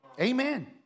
Amen